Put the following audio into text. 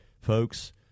folks